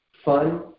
fun